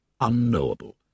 unknowable